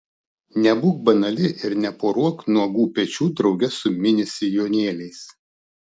nebūk banali ir neporuok nuogų pečių drauge su mini sijonėliais